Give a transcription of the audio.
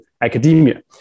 academia